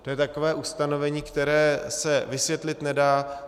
To je takové ustanovení, které se vysvětlit nedá.